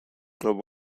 club